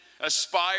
aspire